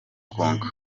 konka